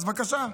אז בבקשה,